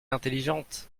intelligente